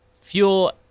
fuel